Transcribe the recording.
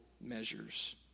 measures